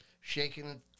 shaking